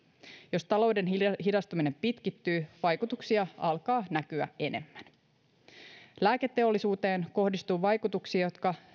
jos talouden hidastuminen pitkittyy vaikutuksia alkaa näkyä enemmän lääketeollisuuteen kohdistuu vaikutuksia jotka